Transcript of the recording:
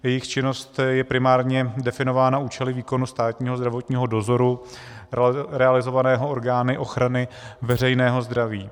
Jejich činnost je primárně definována účely výkonu státního zdravotního dozoru realizovaného orgány ochrany veřejného zdraví.